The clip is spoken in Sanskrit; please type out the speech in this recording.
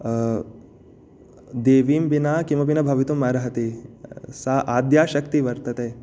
देवीं विना किमपि न भवितुमर्हति सा आद्या शक्तिः वर्तते